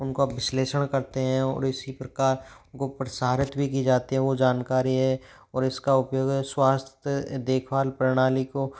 उनको विश्लेषण करते हैं और इसी प्रकार उनको प्रसारित भी की जाती है वो जानकारी है और इसका उपयोग है स्वास्थ्य देखभाल प्रणाली को